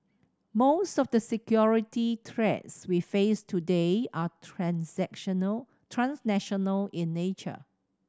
most of the security threats we face today are transnational transnational in nature